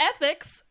ethics